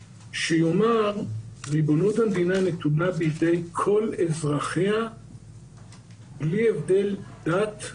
שיאמר: ריבונות המדינה נתונה בידי כל אזרחיה בלי הבדל דת,